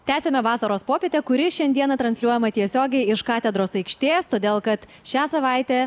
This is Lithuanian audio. tęsiame vasaros popietę kuri šiandieną transliuojama tiesiogiai iš katedros aikštės todėl kad šią savaitę